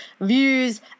Views